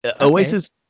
Oasis